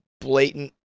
blatant